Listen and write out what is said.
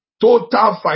Total